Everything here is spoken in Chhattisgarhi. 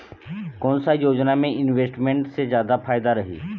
कोन सा योजना मे इन्वेस्टमेंट से जादा फायदा रही?